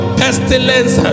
pestilence